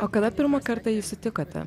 o kada pirmą kartą jį sutikote